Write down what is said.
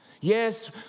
Yes